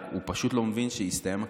רק הוא פשוט לא מבין שהסתיים הקמפיין,